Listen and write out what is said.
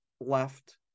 left